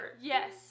Yes